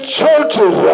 churches